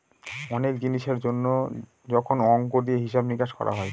অনেক জিনিসের জন্য যখন অংক দিয়ে হিসাব নিকাশ করা হয়